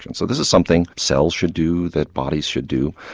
and so this is something cells should do, that bodies should do.